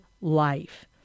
life